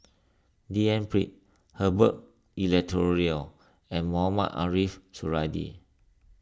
D N Pritt Herbert Eleuterio and Mohamed Ariff Suradi